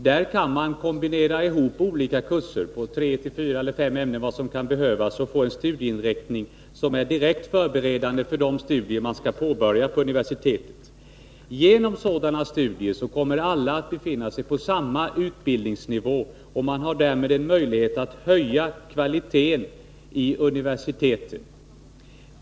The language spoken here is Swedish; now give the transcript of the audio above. Där kan man kombinera ihop olika kurser på tre, fyra eller fem ämnen, eller vad som kan behövas, och därmed få en studieinriktning som är direkt förberedande för de studier man skall påbörja på universitetet. Genom sådana studier kommer alla att befinna sig på samma utbildningsnivå, och man har därmed möjlighet att höja kvaliteten vid universiteten.